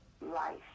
life